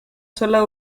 sola